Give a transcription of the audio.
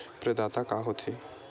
प्रदाता का हो थे?